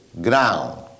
ground